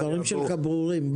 הדברים שלך ברורים.